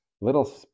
little